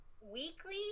weekly